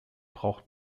braucht